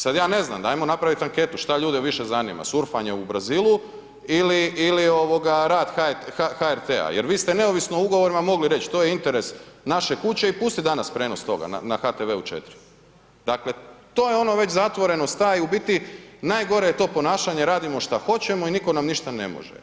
Sada ja ne znam, hajmo napraviti anketu što ljude više zanima surfanje u Brazilu ili rad HRT-a jer vi ste neovisno ugovorima mogli reći to je interes naše kuće i pusti danas prijenos toga na HTV-u 4. Dakle, to je ono već zatvorenost ta, u biti najgore je to ponašanje radimo što hoćemo i nitko nam ništa ne može.